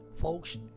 folks